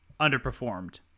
underperformed